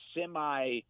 semi